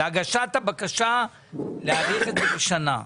להגשת הבקשה, להאריך את זה בשנה.